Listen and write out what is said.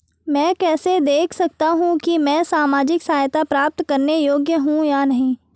मैं कैसे देख सकता हूं कि मैं सामाजिक सहायता प्राप्त करने योग्य हूं या नहीं?